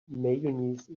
mayonnaise